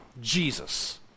Jesus